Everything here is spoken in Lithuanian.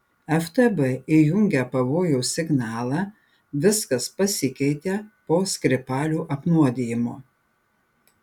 ftb įjungė pavojaus signalą viskas pasikeitė po skripalių apnuodijimo